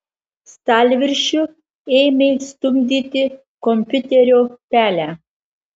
stalviršiu ėmė stumdyti kompiuterio pelę